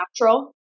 natural